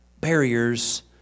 Barriers